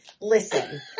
Listen